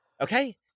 Okay